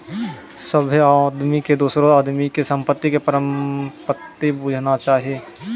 सभ्भे आदमी के दोसरो आदमी के संपत्ति के परसंपत्ति बुझना चाही